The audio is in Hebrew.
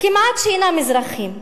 כמעט שאינם אזרחים.